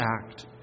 act